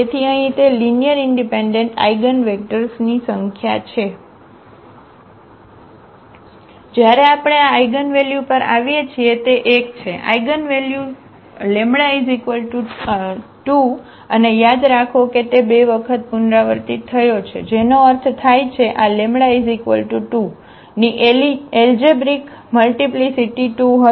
તેથી અહીં તે લીનીઅરઇનડિપેન્ડન્ટ આઇગનવેક્ટર્સની સંખ્યા છે જ્યારે આપણે આ આઇગનવેલ્યુ પર આવીએ છીએ તે એક છે આઇગનવેલ્યુ λ 2 અને યાદ રાખો કે તે 2 વખત પુનરાવર્તિત થયો છે જેનો અર્થ થાય છે આ λ 2 ની એલજેબ્રિક મલ્ટીપ્લીસીટી 2 હતો